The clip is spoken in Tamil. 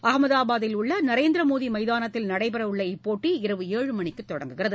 அஹமதாபாத்தில் உள்ள நரேந்திரமோடி மைதாளத்தில் நடைபெறவுள்ள இப்போட்டி இரவு ஏழு மணிக்கு தொடங்குகிறது